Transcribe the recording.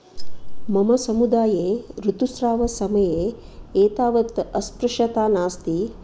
मम समुदाये ऋुतुस्रावसमये एतावत् अस्पृशता नास्ति